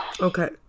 Okay